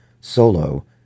Solo